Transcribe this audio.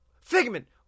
Figment